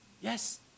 Yes